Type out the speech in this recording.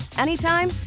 anytime